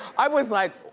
i was like,